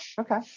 okay